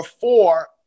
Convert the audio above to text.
four